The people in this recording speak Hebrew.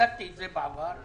הצגתי את זה בעבר.